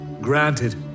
Granted